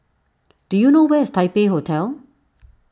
do you know where is Taipei Hotel